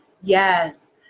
Yes